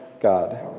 God